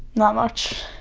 not much.